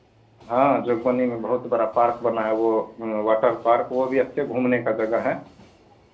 हाँ जोगबनी में बहुत बड़ा पार्क बना है वो वाटर पार्क वो भी अच्छे घूमने का जगह है